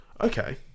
Okay